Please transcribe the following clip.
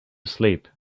sleep